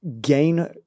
gain